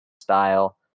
style